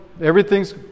everything's